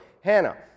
Hannah